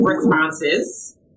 responses